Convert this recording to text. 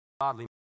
godly